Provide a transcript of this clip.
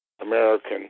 American